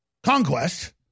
Conquest